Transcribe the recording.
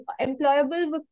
employable